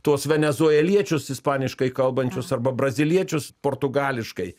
tuos venesueliečius ispaniškai kalbančius arba braziliečius portugališkai